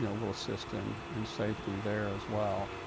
yeah we'll assist in in safety there as well.